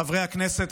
חברי הכנסת,